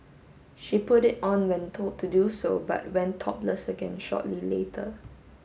she put it on when told to do so but went topless again shortly later